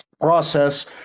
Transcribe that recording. process